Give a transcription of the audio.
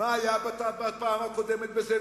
מה היה בפעם הקודמת בזה,